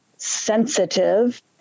sensitive